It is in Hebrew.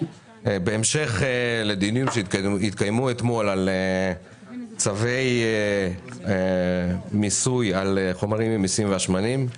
בהמשך לדיונים שהתקיימו אתמול על צווי מיסוי על חומרים ממיסים והשמנים.